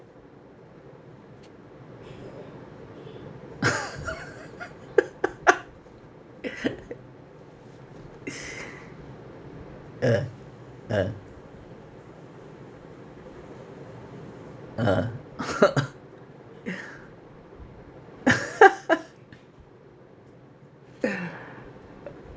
ah ah ah